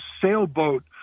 sailboat